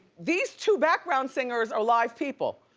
these two background singers are live people.